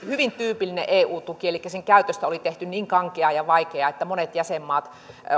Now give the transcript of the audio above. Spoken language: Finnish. hyvin tyypillinen eu tuki eli sen käytöstä oli tehty niin kankea ja vaikea että monet jäsenmaat